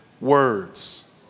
words